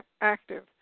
active